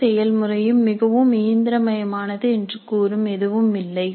முழு செயல்முறையும் மிகவும் இயந்திரமயமானது என்று கூறும் எதுவும் இல்லை